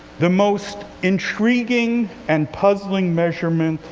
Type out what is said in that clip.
the most intriguing and puzzling measurement,